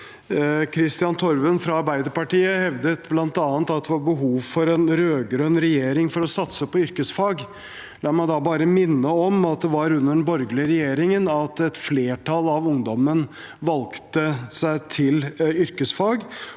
Kristian Torve fra Arbeiderpartiet hevdet bl.a. at det var behov for en rød-grønn regjering for å satse på yrkesfag. La meg da bare minne om at det var under den borgerlige regjeringen at et flertall av ungdommen valgte seg til yrkesfag,